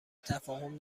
تفاهم